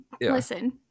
listen